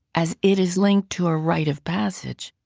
as it is linked to a right of passage,